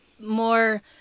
more